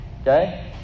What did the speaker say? Okay